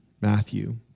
Matthew